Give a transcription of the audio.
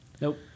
Nope